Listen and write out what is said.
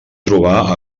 trobar